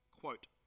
Quote